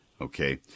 Okay